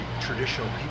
traditional